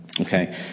Okay